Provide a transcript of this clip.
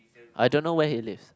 I don't know where he lives